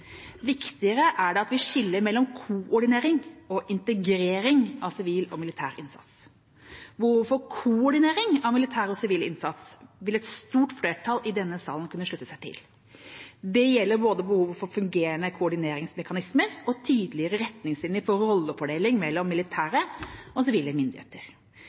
Viktigere er det at vi skiller mellom koordinering og integrering av sivil og militær innsats. Behovet for koordinering av militær og sivil innsats vil et stort flertall i denne sal kunne slutte seg til. Det gjelder både behovet for fungerende koordineringsmekanismer og tydeligere retningslinjer for rollefordeling mellom militære og sivile myndigheter.